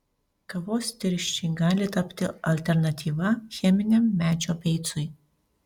kavos tirščiai gali tapti alternatyva cheminiam medžio beicui